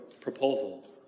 proposal